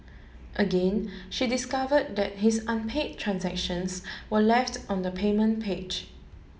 again she discover that his unpaid transactions were left on the payment page